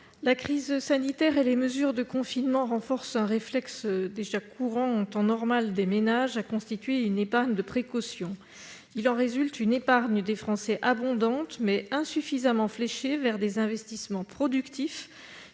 La crise sanitaire et les mesures de confinement renforcent un réflexe, d'ores et déjà courant en temps normal, des ménages : constituer une épargne de précaution. Il en résulte une épargne des Français abondante, mais insuffisamment fléchée vers des investissements productifs